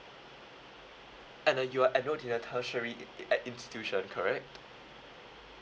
and uh you are enrolled in a tertiary i~ i~ at institution correct